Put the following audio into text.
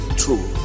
true